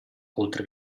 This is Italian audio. oltre